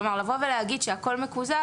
כלומר, לבוא ולומר שהכול מקוזז,